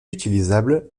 utilisables